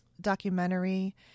documentary